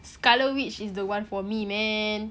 scarlet witch is the one for me man